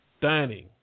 dining